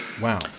Wow